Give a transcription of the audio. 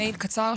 מייל קצר,